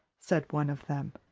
said one of them.